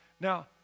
Now